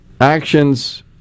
actions